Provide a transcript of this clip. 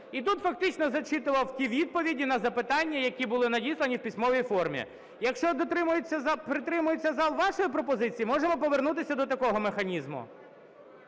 і тут фактично зачитував ті відповіді на запитання, які були надіслані в письмовій формі. Якщо притримується зал вашої пропозиції, можемо повернутися до такого механізму.